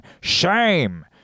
shame